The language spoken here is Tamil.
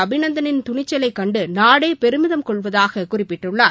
அபிநந்தனின் துணிச்சலை கண்டு நாடே பெருமிதம் கொள்வதாக குறிப்பிட்டுள்ளார்